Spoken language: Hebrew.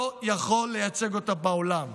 לא יכול לייצג אותה בעולם.